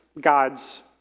God's